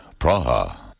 Praha